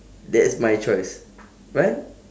that's my choice what